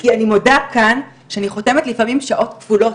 כי אני מודה כאן שאני חותמת לפעמים שעות כפולות.